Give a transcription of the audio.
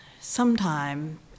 sometime